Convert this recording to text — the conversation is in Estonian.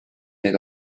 need